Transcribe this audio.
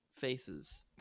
faces